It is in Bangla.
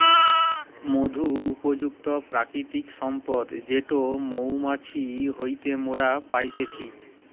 মধু যুক্ত প্রাকৃতিক সম্পদ যেটো মৌমাছি হইতে মোরা পাইতেছি